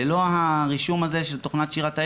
ללא הרישום הזה של תוכנת שירת הים,